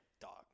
dog